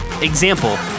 Example